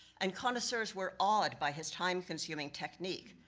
and connoisseurs were awed by his time consuming technique.